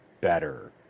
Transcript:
better